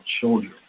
children